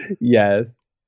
Yes